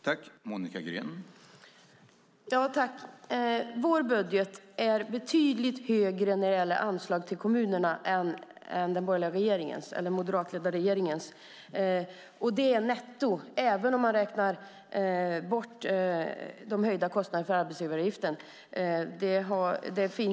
Herr talman! Anslagen till kommunerna är betydligt högre i vår budget än i den moderatledda regeringens. Det är netto, även om man räknar bort de höjda kostnaderna för arbetsgivaravgiften.